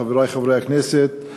חברי חברי הכנסת,